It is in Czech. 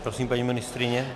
Prosím, paní ministryně.